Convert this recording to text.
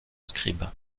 scribe